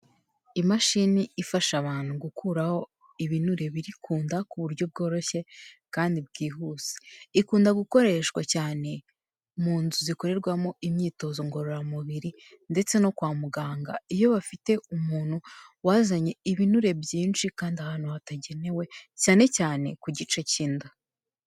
Imashini ifasha abantu gukuraho ibinure biri ku nda ku buryo bworoshye kandi bwihuse. Ikunda gukoreshwa cyane mu nzu zikorerwamo imyitozo ngororamubiri ndetse no kwa muganga, iyo bafite umuntu wazanye ibinure byinshi kandi ahantu hatagenewe, cyane cyane ku gice k'inda.